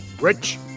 Rich